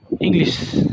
English